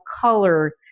color